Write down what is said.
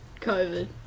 COVID